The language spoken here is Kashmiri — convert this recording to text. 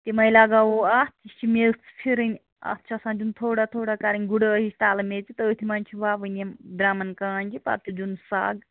تِمَے لَگاوو اَتھ یہِ چھِ میٚژ پھِرٕنۍ اَتھ چھِ آسان تِم تھوڑا تھوڑا کرٕنۍ گُڈٲے ہِش تَلہٕ میٚژِ تٔتھۍ منٛز چھِ وَوٕنۍ یِم درمٕنۍ کانٛجہِ پَتہٕ دیُن سگ